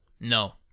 No